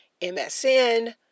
msn